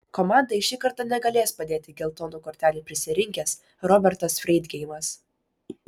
komandai šį kartą negalės padėti geltonų kortelių prisirinkęs robertas freidgeimas